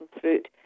fruit